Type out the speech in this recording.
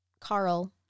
Carl